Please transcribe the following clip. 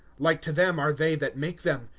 like to them are they that make them,